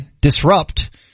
disrupt